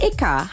Eka